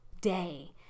day